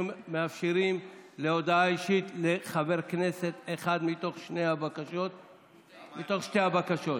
אנחנו מאפשרים הודעה אישית לחבר כנסת אחד מתוך שתי הבקשות.